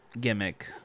gimmick